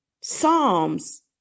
Psalms